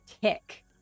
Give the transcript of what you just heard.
tick